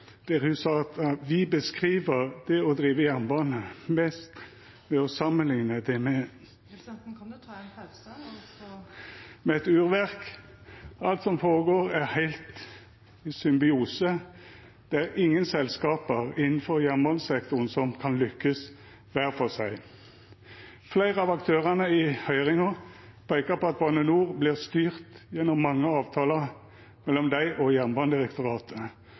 der ho sa: «Vi beskriver det å drive jernbane mest ved å sammenligne det med et urverk. Alt som foregår, er helt i symbiose – det er ingen selskaper innenfor jernbanesektoren som kan lykkes hver for seg.» Fleire av aktørane i høyringa peika på at Bane NOR vert styrt gjennom mange avtalar mellom dei og Jernbanedirektoratet,